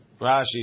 Rashi